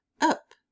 up